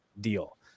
deal